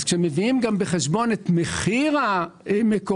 כאשר מביאים בחשבון גם את מחיר המקורות,